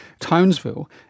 Townsville